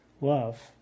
love